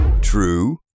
True